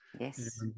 Yes